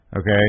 Okay